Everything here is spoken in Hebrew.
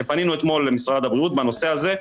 כשפנינו אתמול למשרד הבריאות בנושא הזה,